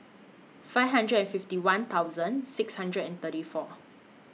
five hundred and fifty one thousand six hundred and thirty four